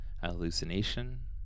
Hallucination